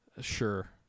Sure